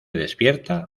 despierta